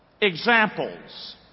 Examples